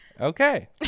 okay